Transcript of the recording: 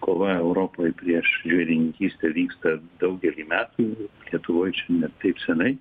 kova europoj prieš žvėrininkystę vyksta daugelį metų lietuvoj čia ne taip senai